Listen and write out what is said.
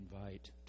invite